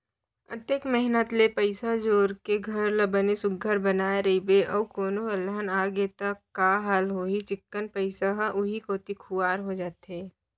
अतेक मेहनत ले पइसा जोर के घर ल बने सुग्घर बनाए रइबे अउ कोनो अलहन आगे त का हाल होही चिक्कन पइसा ह उहीं कोती खुवार हो जाथे